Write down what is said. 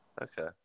Okay